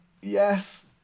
Yes